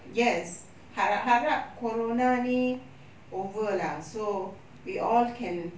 yes harap-harap corona ini over lah so we all can